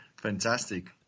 Fantastic